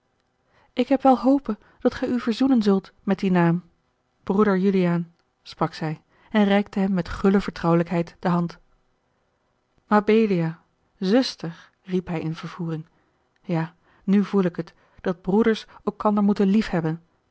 ik heb wel hope dat gij u verzoenen zult met dien naam broeder juliaan sprak zij en reikte hem met gulle vertrouwelijkheid de hand mabelia zuster riep hij in vervoering ja nu voel ik het dat broeders elkander moeten liefhebben